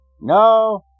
No